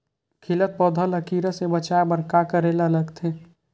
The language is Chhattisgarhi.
खिलत पौधा ल कीरा से बचाय बर का करेला लगथे?